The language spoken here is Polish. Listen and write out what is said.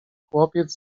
chłopiec